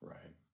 Right